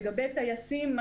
לגבי טייסי תובלה בנתיבי אוויר,